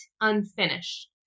unfinished